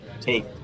take